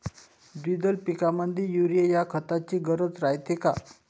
द्विदल पिकामंदी युरीया या खताची गरज रायते का?